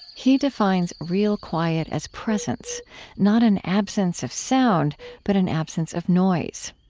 he defines real quiet as presence not an absence of sound but an absence of noise.